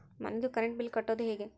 ಮನಿದು current bill ಕಟ್ಟೊದು ಹೇಗೆ?